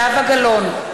זהבה גלאון,